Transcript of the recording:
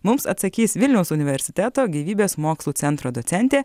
mums atsakys vilniaus universiteto gyvybės mokslų centro docentė